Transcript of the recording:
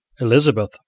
Elizabeth